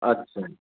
अछा